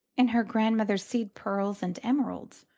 in her grandmother's seed-pearls and emeralds,